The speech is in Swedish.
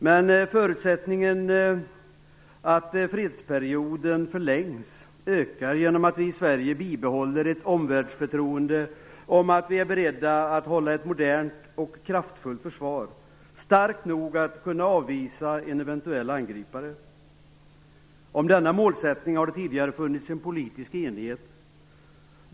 Men förutsättningen för att fredsperioden förlängs ökar genom att vi i Sverige bibehåller ett omvärldsförtroende om att vi är beredda att hålla ett modernt och kraftfullt försvar, starkt nog att kunna avvisa en eventuell angripare. Om denna målsättning har det tidigare funnits en politisk enighet.